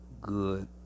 good